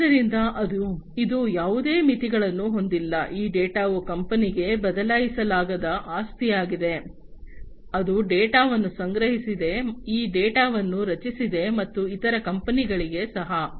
ಆದ್ದರಿಂದ ಇದು ಯಾವುದೇ ಮಿತಿಗಳನ್ನು ಹೊಂದಿಲ್ಲ ಈ ಡೇಟಾವು ಕಂಪನಿಗೆ ಬದಲಾಯಿಸಲಾಗದ ಆಸ್ತಿಯಾಗಿದೆ ಅದು ಡೇಟಾವನ್ನು ಸಂಗ್ರಹಿಸಿದ ಈ ಡೇಟಾವನ್ನು ರಚಿಸಿದೆ ಮತ್ತು ಇತರ ಕಂಪನಿಗಳಿಗೆ ಸಹ